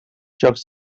jocs